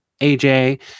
AJ